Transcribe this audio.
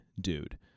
dude